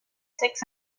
six